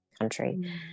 country